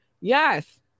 Yes